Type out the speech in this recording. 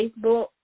Facebook